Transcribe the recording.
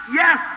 yes